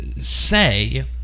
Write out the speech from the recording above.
say